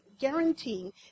guaranteeing